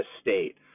state